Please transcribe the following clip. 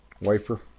wafer